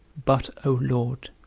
but, o lord,